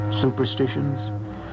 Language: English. superstitions